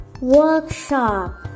workshop